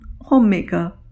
homemaker